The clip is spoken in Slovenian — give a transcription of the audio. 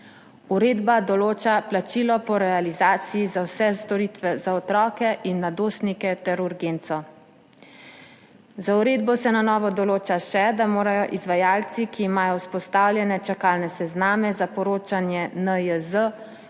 Uredba določa plačilo po realizaciji za vse storitve za otroke in mladostnike ter urgenco. Z uredbo se na novo določa še, da morajo izvajalci, ki imajo vzpostavljene čakalne sezname za poročanje NIJZ,